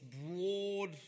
broad